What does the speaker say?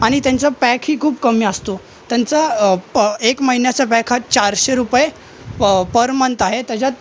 आणि त्यांचा पॅकही खूप कमी असतो त्यांचा एक महिन्याचा पॅक हा चारशे रुपये पर मंथ आहे त्याच्यात